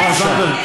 תמר זנדברג,